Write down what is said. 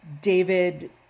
David